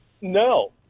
No